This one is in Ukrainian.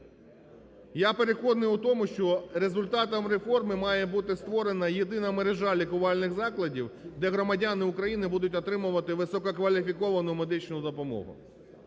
Я переконаний у тому, що результатом реформи має бути створена єдина мережа лікувальних закладів, де громадяни України будуть отримувати висококваліфіковану медичну допомогу.